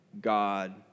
God